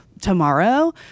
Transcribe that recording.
tomorrow